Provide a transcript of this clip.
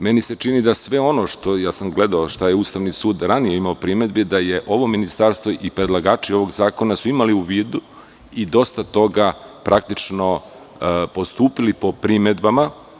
Meni se čini da sve ono, pogledao sam koje je primedbe Ustavni sud ranije imao, da je ovo ministarstvo i predlagači ovog zakona su imali u vidu, i dosta toga praktično postupili po primedbama.